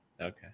Okay